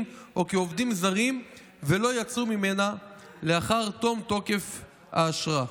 או כעובדים זרים ולא יצאו ממנה לאחר תום תוקף האשרה.